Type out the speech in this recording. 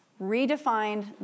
redefined